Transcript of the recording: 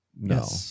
No